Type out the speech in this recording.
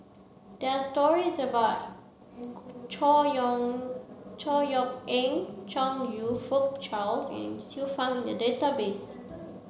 there are stories about Chor Yeok Chor Yeok Eng Chong You Fook Charles and Xiu Fang in the database